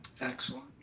Excellent